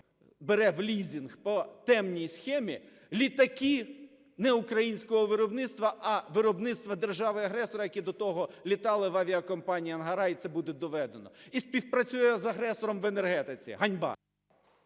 бере в лізинг по темній схемі літаки не українського виробництва, а виробництва держави-агресора, які до того літали в авіакомпанії "Ангара", і це буде доведено. І співпрацює з агресором в енергетиці. Ганьба!